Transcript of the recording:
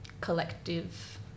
collective